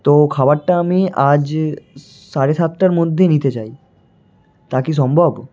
তো খাবারটা আমি আজ সাড়ে সাতটার মধ্যেই নিতে চাই তা কি সম্ভব